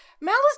Malice